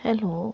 hello